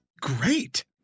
great